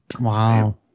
Wow